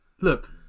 Look